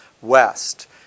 west